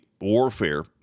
warfare